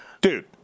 Dude